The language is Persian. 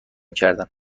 کردم